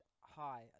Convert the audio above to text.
hi